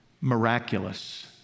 miraculous